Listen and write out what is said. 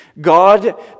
God